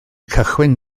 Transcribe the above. cychwyn